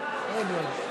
לא ידוע לי.